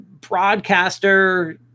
broadcaster